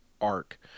arc